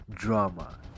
Drama